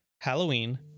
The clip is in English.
Halloween